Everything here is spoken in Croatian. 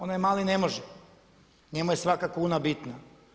Onaj mali ne može, njemu je svaka kuna bitna.